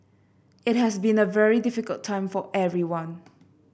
it has been a very difficult time for everyone